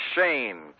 Shane